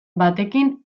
batekin